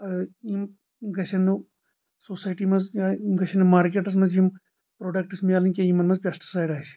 یِم گٔژھن نہٕ سوسایٹی منٛز یا یِم گٔژھن نہٕ مارکیٚٹس منٛز یِم پروڈیٚکٕٹس میلٕنۍ کینٛہہ یِمن منٛز پیٚسٹ سایڈ آسہِ